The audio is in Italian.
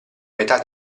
metà